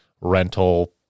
rental